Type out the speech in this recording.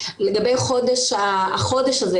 לגבי החודש הזה,